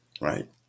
Right